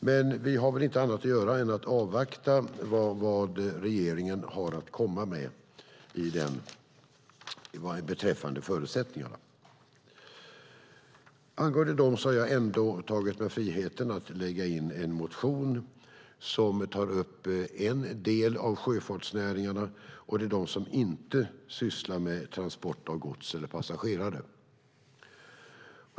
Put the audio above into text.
Men vi har väl inte annat att göra än att avvakta vad regeringen har att komma med beträffande förutsättningarna. Angående dem har jag ändå tagit mig friheten att väcka en motion där en del av sjöfartsnäringarna tas upp, och det är de som inte sysslar med transport av gods eller passagerare.